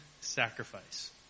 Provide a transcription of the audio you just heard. sacrifice